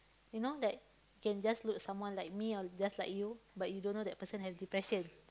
you know that can just look someone like me or just like you but you don't know that person have depression